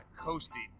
coasting